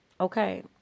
okay